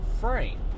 frame